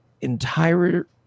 entire